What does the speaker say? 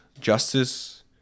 Justice